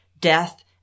death